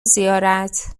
زیارت